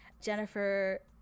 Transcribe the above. Jennifer